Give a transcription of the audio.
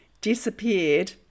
disappeared